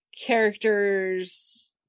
characters